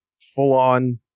full-on